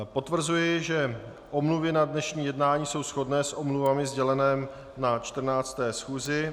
Potvrzuji, že omluvy na dnešní jednání jsou shodné s omluvami sdělenými na 14. schůzi.